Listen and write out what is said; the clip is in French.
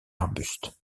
arbustes